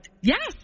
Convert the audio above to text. Yes